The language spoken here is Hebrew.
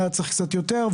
היה צריך לעשות יותר,